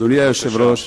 אדוני היושב-ראש,